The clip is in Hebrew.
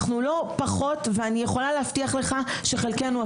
אנחנו לא פחות ואני יכולה להבטיח לך שחלקנו,